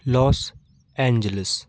Los Angeles